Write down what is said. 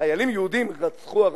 חיילים יהודים רצחו ערבים?